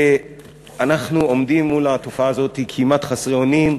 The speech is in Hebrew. אנחנו עומדים מול התופעה הזאת כמעט חסרי אונים,